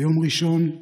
ביום ראשון,